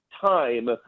time